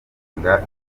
imvura